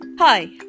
Hi